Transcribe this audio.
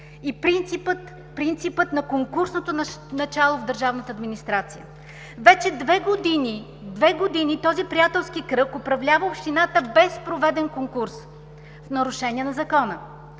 и принципа на конкурсното начало в държавната администрация. Вече две години този приятелски кръг управлява общината без проведен конкурс в нарушение на Закона,